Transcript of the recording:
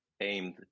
aimed